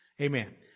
Amen